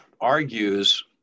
argues